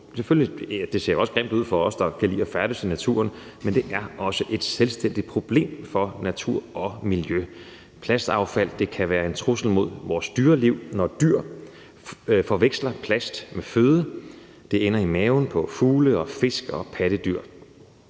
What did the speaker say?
over at det ser grimt ud for os, der kan lide at færdes i naturen – et selvstændigt problem for natur og miljø. Plastaffald kan være en trussel mod vores dyreliv, når dyr forveksler plast med føde. Det ender i maven på fugle, fisk og pattedyr.